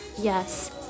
yes